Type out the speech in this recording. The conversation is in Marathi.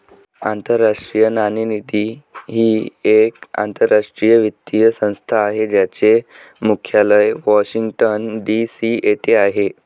आंतरराष्ट्रीय नाणेनिधी ही एक आंतरराष्ट्रीय वित्तीय संस्था आहे ज्याचे मुख्यालय वॉशिंग्टन डी.सी येथे आहे